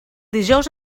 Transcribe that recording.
dijous